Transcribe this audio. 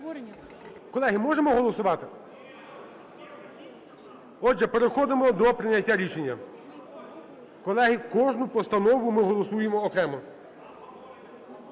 Колеги, можемо голосувати? Отже, переходимо до прийняття рішення. Колеги, кожну постанову ми голосуємо окремо.